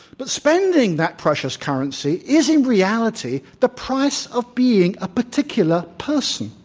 but spending that precious currency is, in reality, the price of being a particular person.